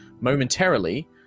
momentarily